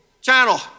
channel